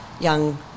young